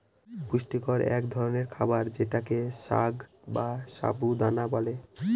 পুষ্টিকর এক ধরনের খাবার যেটাকে সাগ বা সাবু দানা বলে